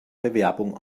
bewerbung